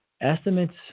Estimates